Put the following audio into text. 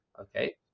okay